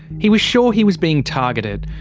he was sure he was being targeted.